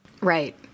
Right